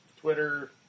Twitter